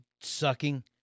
sucking